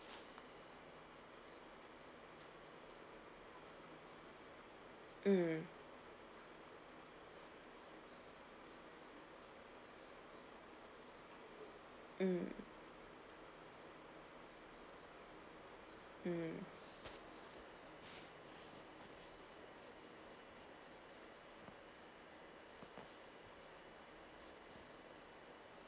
mm mm mm